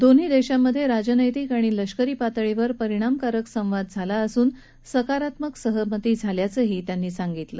दोन्ही देशांमध्ये राजनैतिक आणि लष्करी पातळीवर परिणामकारक संवाद झाला असून सकारात्मक सहमती झाल्यावंही त्यांनी सांगितलं